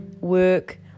Work